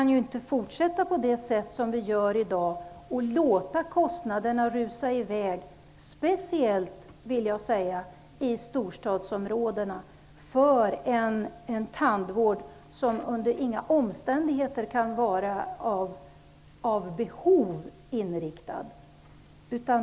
Vi kan inte fortsätta på det sätt som vi gör i dag och låta kostnaderna rusa i väg -- speciellt, vill jag säga, i storstadsområdena -- för en tandvård som under inga omständigheter kan vara av behov inriktad.